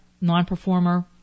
non-performer